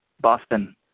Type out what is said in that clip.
Boston